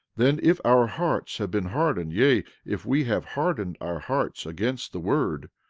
then if our hearts have been hardened, yea, if we have hardened our hearts against the word,